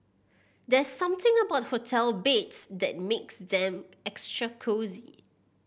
there's something about hotel beds that makes them extra cosy